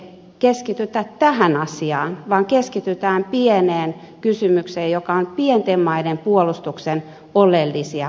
miksei keskitytä tähän asiaan vaan keskitytään pieneen kysymykseen joka on pienten maiden puolustuksen oleellisia osa alueita